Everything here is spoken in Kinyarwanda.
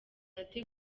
ati